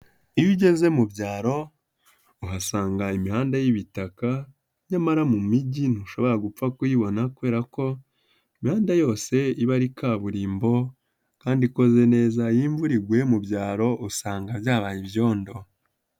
Iyo ugeze mu byaro uhasanga imihanda y'ibitaka nyamara mu migi ntushobora gupfa kuyibona kubera ko imihanda yose iba ari kaburimbo kandi ikoze neza, iyo imvura iguye mu byaro usanga byahaye ibyondo.